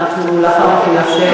ואנחנו לאחר מכן,